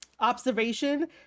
Observation